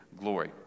glory